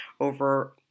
over